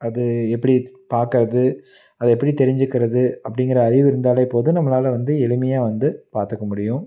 அது எப்படி பார்க்கறது அது எப்படி தெரிஞ்சிக்கிறது அப்படிங்கிற அறிவு இருந்தாலே போதும் நம்மளால் வந்து எளிமையாக வந்து பார்த்துக்க முடியும்